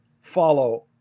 follow